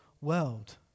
world